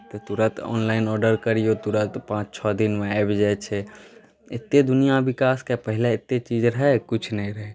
तऽ तुरन्त online order करियौ तुरन्त पाँच छओ दिनमे आबि जाइत छै एतेक दुनिआँ विकास कए पहिले एतेक चीज रहै कुछ नहि रहै